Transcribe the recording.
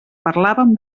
parlàvem